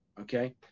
okay